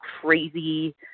crazy